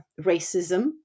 racism